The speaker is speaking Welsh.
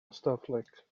ystyfnig